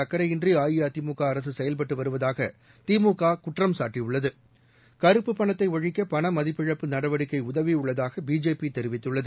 அக்கரையின்றிஅஇஅதிமுகஅரசுசெயல்பட்டுவருவதாகதிமுககுற்றம்சாட்டியுள்ளது கருப்பு பணத்தைஒழிக்கபணமதிப்பிழப்பு நடவடிக்கைஉதவியுள்ளதாகபிஜேபிதெரிவித்துள்ளது